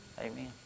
Amen